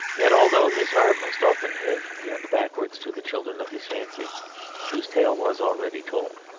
yet although his heart must often have yearned backwards to the children of his fancy whose tale was already told,